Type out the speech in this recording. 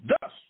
Thus